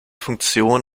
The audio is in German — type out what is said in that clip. funktion